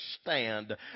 stand